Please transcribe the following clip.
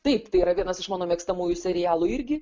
taip tai yra vienas iš mano mėgstamųjų serialų irgi